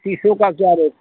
सीसो का क्या रेट